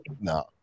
no